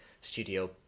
studio